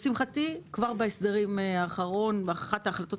לשמחתי, כבר בהסדרים האחרון, אחת ההחלטות